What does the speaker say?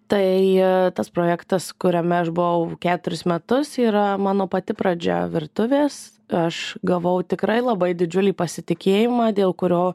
tai tas projektas kuriame aš buvau keturis metus yra mano pati pradžia virtuvės aš gavau tikrai labai didžiulį pasitikėjimą dėl kurio